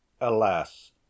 Alas